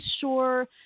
sure